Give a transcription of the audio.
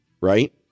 Right